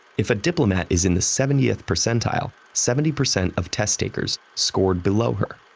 if a diplomat is in the seventieth percentile, seventy percent of test takers scored below her.